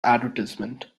advertisement